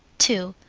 two.